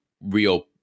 real